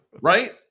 Right